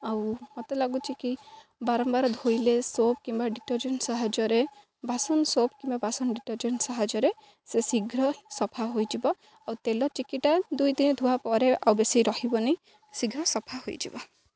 ଆଉ ମୋତେ ଲାଗୁଛି କି ବାରମ୍ବାର ଧୋଇଲେ ସୋପ୍ କିମ୍ବା ଡିଟର୍ଜେଣ୍ଟ ସାହାଯ୍ୟରେ ବାସନ ସୋପ୍ କିମ୍ବା ବାସନ ଡିଟର୍ଜେଣ୍ଟ ସାହାଯ୍ୟରେ ସେ ଶୀଘ୍ର ସଫା ହୋଇଯିବ ଆଉ ତେଲ ଚିକିଟା ଦୁଇ ଦିନ ଧୁଆ ପରେ ଆଉ ବେଶୀ ରହିବନି ଶୀଘ୍ର ସଫା ହୋଇଯିବ